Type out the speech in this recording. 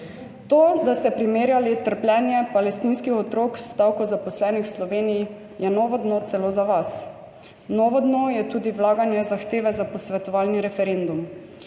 To, da ste primerjali trpljenje palestinskih otrok s stavko zaposlenih v Sloveniji, je novo dno celo za vas. Novo dno je tudi vlaganje zahteve za posvetovalni referendum.